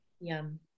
Yum